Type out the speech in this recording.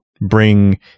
bring